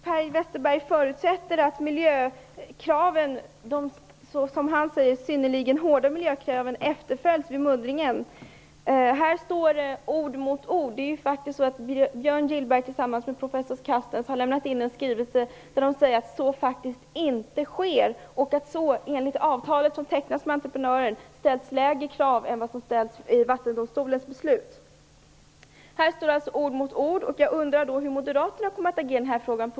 Per Westerberg förutsätter att de, som han säger, synnerligen hårda miljökraven efterföljs vid muddringen. Här står ord mot ord. Björn Gillberg har tillsammans med professor Carstens lämnat in en skrivelse där de säger att så faktiskt inte sker och att det enligt det avtal som tecknats med entreprenören ställs lägre krav än vad som ställts i Vattendomstolens beslut. Här står alltså ord mot ord. Jag undrar därför hur Moderaterna kommer att agera i den här frågan.